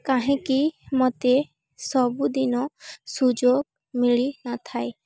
କାହିଁକି ମୋତେ ସବୁଦିନ ସୁଯୋଗ ମିଳି ନ ଥାଏ